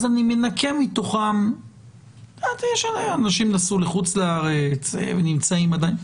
אני מנקה מתוכם למשל את אלה שנסעו לחוץ לארץ ועוד לא חזרו,